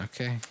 Okay